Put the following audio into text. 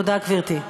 תודה, גברתי.